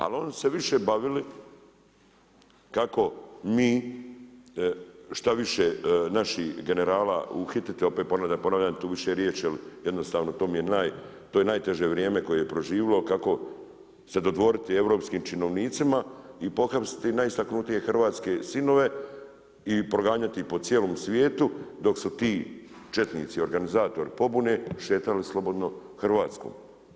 Ali oni su se više bavili kako mi što više naših generala uhititi, opet ponavljam tu više riječ jer je jednostavno, to je najteže vrijeme koje je proživjelo, kako se dodvoriti europskim činovnicima i pohapsiti najistaknutije hrvatske sinove i proganjati ih po cijelom svijetu dok su ti četnici, organizatori pobune šetali slobodno Hrvatskom.